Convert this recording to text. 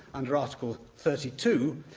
under article thirty two,